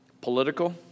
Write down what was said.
Political